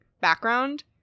background